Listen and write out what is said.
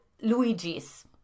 Luigi's